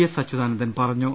S Achuthanandan പറഞ്ഞു